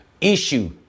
Issue